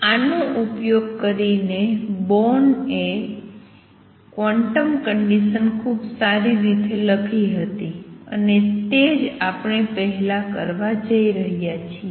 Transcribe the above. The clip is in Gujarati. આનો ઉપયોગ કરીને બોર્ન એ ક્વોન્ટમ કંડિસન ખૂબ સારી રીતે લખી હતી અને તે જ આપણે પહેલા કરવા જઇ રહ્યા છીએ